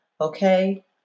Okay